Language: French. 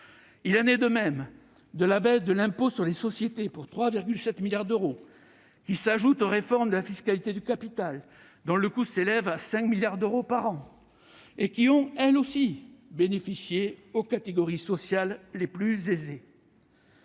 Il en est de même de la baisse de l'impôt sur les sociétés, pour 3,7 milliards d'euros, qui s'ajoute aux réformes de la fiscalité du capital, dont le coût s'élève à 5 milliards d'euros par an et qui ont, elles aussi, bénéficié aux catégories sociales les plus aisées.